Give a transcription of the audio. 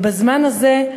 הזמן הזה,